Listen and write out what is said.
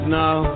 now